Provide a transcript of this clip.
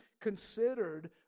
considered